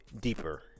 deeper